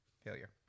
Failure